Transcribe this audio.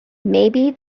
maybe